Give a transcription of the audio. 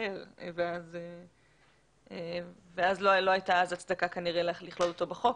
אחר ואז לא הייתה הצדקה לכלול אותו בחוק.